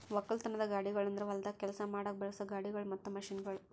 ಒಕ್ಕಲತನದ ಗಾಡಿಗೊಳ್ ಅಂದುರ್ ಹೊಲ್ದಾಗ್ ಕೆಲಸ ಮಾಡಾಗ್ ಬಳಸೋ ಗಾಡಿಗೊಳ್ ಮತ್ತ ಮಷೀನ್ಗೊಳ್